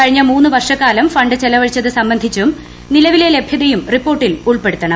കഴിഞ്ഞ മൂന്ന് വർഷക്കാലം ഫണ്ട് ചെലവഴിച്ചത് സംബന്ധിച്ചും നിലവിലെ ലഭ്യതയും റിപ്പോർട്ടിൽ ഉൾപ്പെടുത്തണം